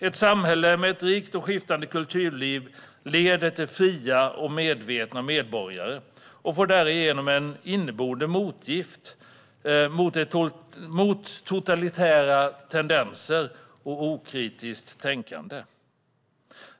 Ett samhälle med ett rikt och skiftande kulturliv leder till fria och medvetna medborgare och får därigenom ett inneboende motgift mot totalitära tendenser och okritiskt tänkande.